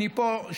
אני פה,